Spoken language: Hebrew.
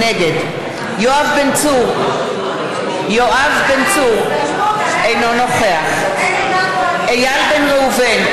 נגד יואב בן צור, אינו נוכח איל בן ראובן,